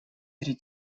перед